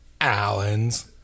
Allen's